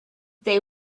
they